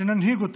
שננהיג אותם.